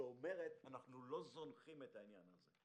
שאומרת: אנחנו לא זונחים את העניין הזה.